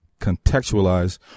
contextualize